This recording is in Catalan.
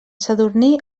sadurní